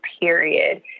period